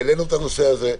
העלינו את הנושא הזה.